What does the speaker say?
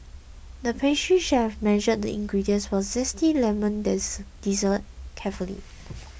the pastry chef measured the ingredients for zesty lemon dessert carefully